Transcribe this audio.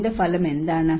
ഇതിന്റെ ഫലം എന്താണ്